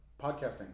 podcasting